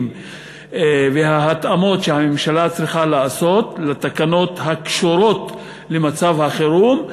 וההתאמות שהממשלה צריכה לעשות לתקנות הקשורות למצב החירום,